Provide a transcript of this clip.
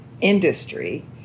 industry